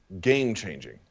Game-changing